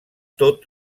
tot